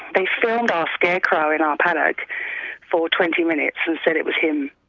they filmed our scarecrow in our paddock for twenty minutes and said it was him,